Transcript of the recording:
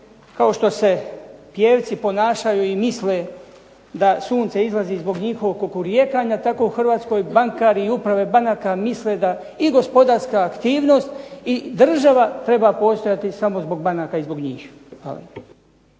kao što se pijevci ponašaju i misle da sunce izlazi zbog njihovog kukurijevanja, tako u Hrvatskoj bankari misle da i gospodarska aktivnost i država treba postojati samo zbog banaka i zbog njih. Hvala.